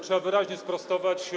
Trzeba wyraźnie sprostować.